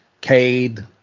Cade